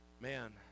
Man